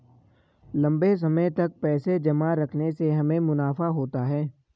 लंबे समय तक पैसे जमा रखने से हमें मुनाफा होता है